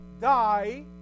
die